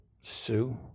Sue